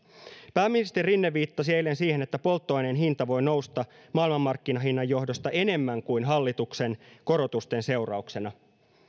pääministeri rinne viittasi eilen siihen että polttoaineen hinta voi nousta maailmanmarkkinahinnan johdosta enemmän kuin hallituksen korotusten seurauksena